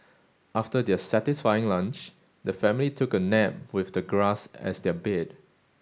after their satisfying lunch the family took a nap with the grass as their bed